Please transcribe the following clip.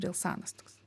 rilsanas toks